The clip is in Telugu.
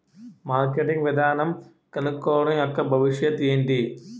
మార్కెటింగ్ విధానం కనుక్కోవడం యెక్క భవిష్యత్ ఏంటి?